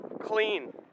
clean